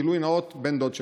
גילוי נאות, בן דוד שלי.